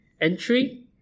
entry